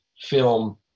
film